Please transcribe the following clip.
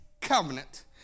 covenant